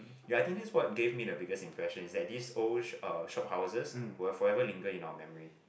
ya I think this quite gave me the biggest impression is that these old uh shop houses will forever linger in our memory